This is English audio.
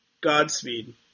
Godspeed